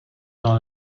dans